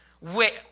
wait